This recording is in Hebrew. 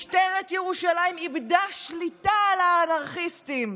משטרת ירושלים איבדה שליטה על האנרכיסטים,